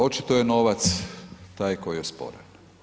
Očito je novac taj koji je sporan.